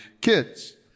kids